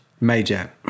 Major